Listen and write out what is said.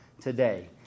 today